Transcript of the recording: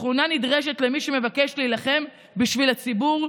תכונה נדרשת למי שמבקש להילחם בשביל הציבור,